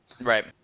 Right